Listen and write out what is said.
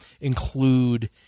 include